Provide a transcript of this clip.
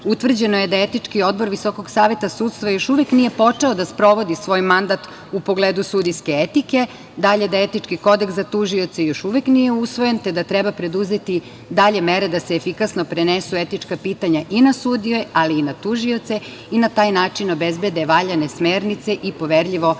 utvrđeno je da Etički odbor Visokog saveta sudstva još uvek nije počeo da sprovodi svoj mandat u pogledu sudijske etike, da etički kodeks za tužioce još uvek nije usvojen, te da treba preduzeti dalje mere da se efikasno prenesu etička pitanja i na sudije, ali i na tužioce i na taj način obezbede valjane smernice i poverljivo